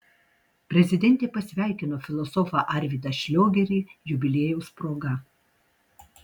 prezidentė pasveikino filosofą arvydą šliogerį jubiliejaus proga